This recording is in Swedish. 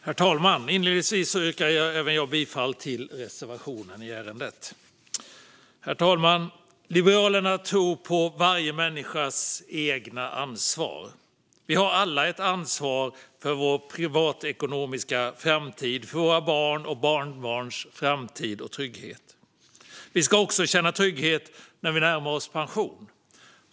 Herr talman! Inledningsvis yrkar även jag bifall till reservationen i ärendet. Herr talman! Liberalerna tror på varje människas eget ansvar. Vi har alla ett ansvar för vår privatekonomiska framtid och för våra barns och barnbarns framtid och trygghet. Vi ska också känna trygghet när vi närmar oss pension.